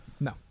No